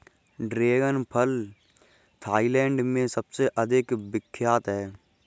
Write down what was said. dragon फल Thailand में सबसे अधिक विख्यात है